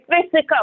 physical